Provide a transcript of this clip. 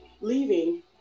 leaving